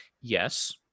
Yes